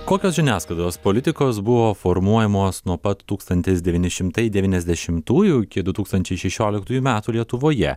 kokios žiniasklaidos politikos buvo formuojamos nuo pat tūkstantis devyni šimtai devyniasdešimtųjų iki du tūkstančiai šešioliktųjų metų lietuvoje